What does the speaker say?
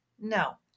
No